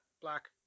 Black